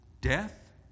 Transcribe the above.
death